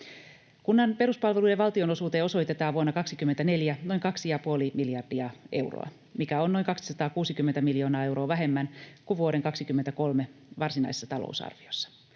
Kunnan peruspalvelujen valtionosuuteen osoitetaan vuonna 2024 noin 2,5 miljardia euroa, mikä on noin 260 miljoonaa euroa vähemmän kuin vuoden 2023 varsinaisessa talousarviossa.